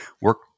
work